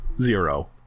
zero